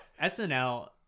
SNL